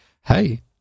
Hey